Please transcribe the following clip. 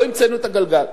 לא המצאנו את הגלגל.